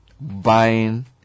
buying